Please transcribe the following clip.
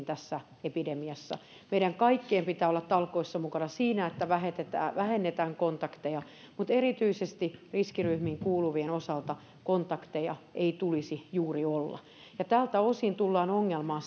tässä epidemiassa meidän kaikkien pitää olla talkoissa mukana siinä että vähennetään vähennetään kontakteja mutta erityisesti riskiryhmiin kuuluvien osalta kontakteja ei tulisi juuri olla tältä osin tullaan siihen ongelmaan